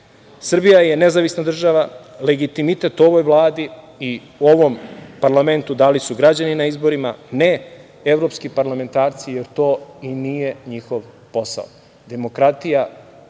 je nezavisna država. Legitimitet ovoj Vladi i ovom parlamentu dali su građani na izborima, a ne Evropski parlamentarci jer to i nije njihov posao. Demokratija